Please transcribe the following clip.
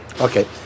Okay